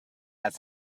add